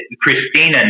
Christina